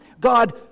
God